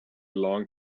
long